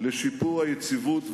לשיפור היציבות והמשילות.